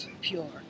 pure